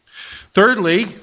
Thirdly